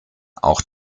auch